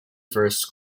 verse